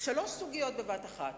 שלוש סוגיות בבת אחת: